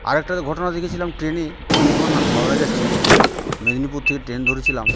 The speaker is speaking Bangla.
আরেকটা ঘটনা দেখেছিলাম ট্রেনে আমি যখন হাওড়া যাচ্ছি মেদিনীপুর থেকে ট্রেন ধরেছিলাম